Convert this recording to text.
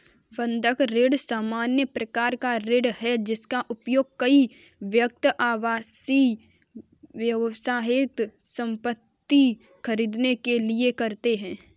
बंधक ऋण सामान्य प्रकार का ऋण है, जिसका उपयोग कई व्यक्ति आवासीय, व्यावसायिक संपत्ति खरीदने के लिए करते हैं